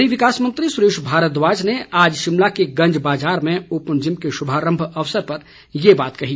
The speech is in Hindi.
शहरी विकास मंत्री सुरेश भारद्वाज ने आज शिमला के गंज बाजार में ओपन जिम के श्भारम्भ अवसर पर ये बात कही